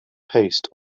paste